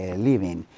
ah living.